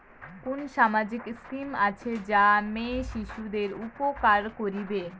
কুন সামাজিক স্কিম আছে যা মেয়ে শিশুদের উপকার করিবে?